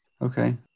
Okay